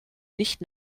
nicht